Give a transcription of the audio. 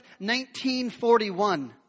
1941